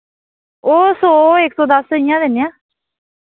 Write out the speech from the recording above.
ओ सौ इक सौ दस इ'यां दिन्नेआं